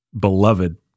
beloved